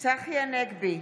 צחי הנגבי,